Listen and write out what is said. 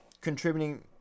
contributing